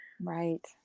Right